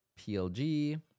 PLG